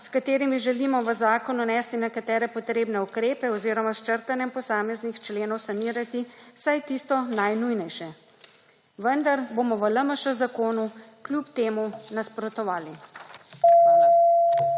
s katerimi želimo v zakon vnesti nekatere potrebne ukrepe oziroma s črtanjem posameznih členov sanirati vsaj tisto najnujnejše. Vendar bomo v LMŠ zakonu kljub temu nasprotovali.